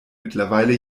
mittlerweile